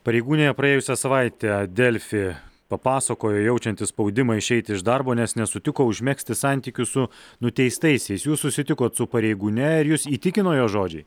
pareigūnė praėjusią savaitę delfi papasakojo jaučianti spaudimą išeiti iš darbo nes nesutiko užmegzti santykių su nuteistaisiais jūs susitikot su pareigūne ir jus įtikino jos žodžiai